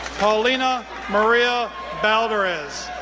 paulina maria balderas,